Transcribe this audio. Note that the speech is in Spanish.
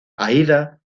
aída